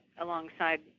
alongside